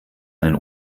einen